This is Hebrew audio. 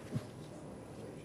נא לצלצל.